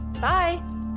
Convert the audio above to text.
Bye